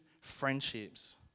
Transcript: friendships